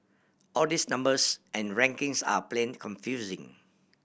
all these numbers and rankings are plain confusing